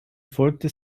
erfolgte